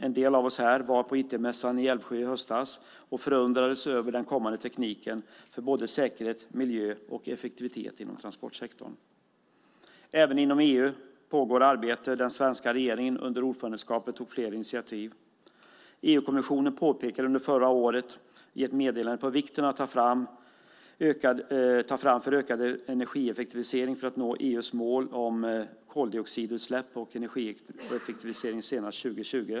En del av oss här var på ITS-mässan i Älvsjö i höstas och förundrades över den kommande tekniken för både säkerhet, miljö och effektivitet inom transportsektorn. Även inom EU pågår arbete. Den svenska regeringen tog under ordförandeskapet flera initiativ. EU-kommissionen påpekade i ett meddelande under förra året vikten av ökad energieffektivisering för att nå EU:s mål om koldioxidutsläpp och energieffektivisering senast 2020.